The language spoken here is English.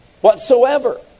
whatsoever